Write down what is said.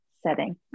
setting